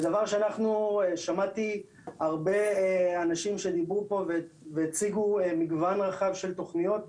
שמעתי הרבה אנשים שדיברו פה והציגו מגוון רחב של תוכניות,